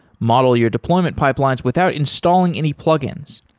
model your deployment pipelines without installing any plugins.